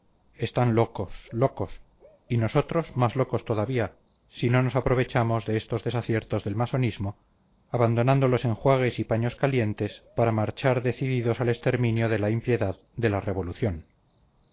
están locos locos y nosotros más locos todavía si no nos aprovechamos de estos desaciertos del masonismo abandonando los enjuagues y paños calientes para marchar decididos al exterminio de la impiedad de la revolución